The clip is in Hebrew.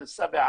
תל שבע,